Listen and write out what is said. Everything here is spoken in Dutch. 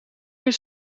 meer